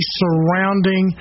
surrounding